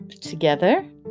Together